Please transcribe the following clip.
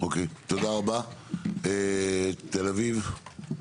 אוקי תודה רבה, תל אביב.